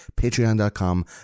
patreon.com